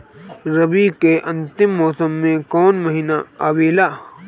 रवी के अंतिम मौसम में कौन महीना आवेला?